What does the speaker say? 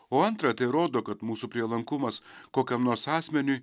o antra tai rodo kad mūsų prielankumas kokiam nors asmeniui